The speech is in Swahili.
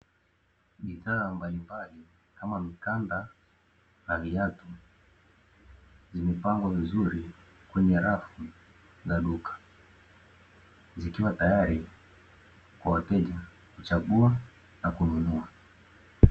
Bidhaaa mbalimbali kama mikanda na viatu zimepangwa vizuri kwenye lafu za duka, zikiwa tayari kwa wateja kuchagua na kununua.